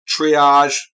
triage